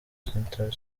century